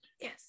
Yes